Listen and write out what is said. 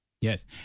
Yes